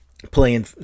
playing